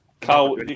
Carl